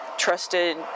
trusted